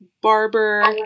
Barber